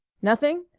nothing?